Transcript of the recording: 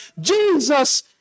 Jesus